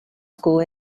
school